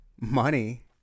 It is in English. money